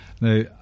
now